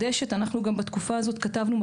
אנחנו נעקוב אחריכם שלושה חודשים.